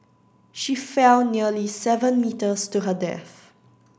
she fell nearly seven metres to her death